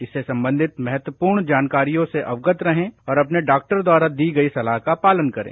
इससे संबंधित महत्वपूर्ण जानकारियों से अवगत रहें और अपने डॉक्टर द्वारा दी गई सलाह का पालन करें